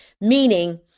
meaning